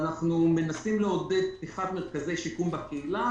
אנחנו מנסים לעודד פתיחת מרכזי שיקום בקהילה.